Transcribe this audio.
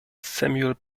samuel